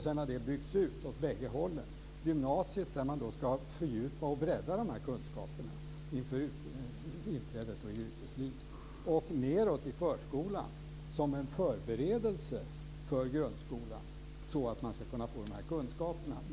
Sedan har den byggts ut åt bägge hållen, till gymnasiet där man ska fördjupa och bredda kunskaperna inför inträdet i yrkeslivet, och nedåt till förskolan som en förberedelse för grundskolan.